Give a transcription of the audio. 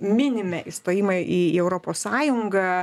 minime įstojimą į europos sąjungą